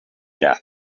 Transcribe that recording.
death